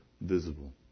visible